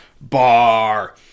Bar